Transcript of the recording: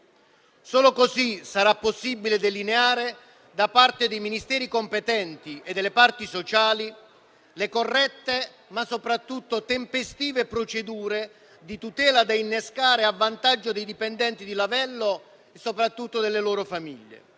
Solo così sarà possibile delineare da parte dei Ministeri competenti e delle parti sociali le corrette, ma soprattutto tempestive, procedure di tutela da innescare a vantaggio dei dipendenti di Lavello e soprattutto delle loro famiglie.